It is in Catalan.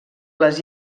les